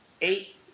eight